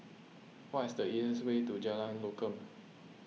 what is the easiest way to Jalan Lokam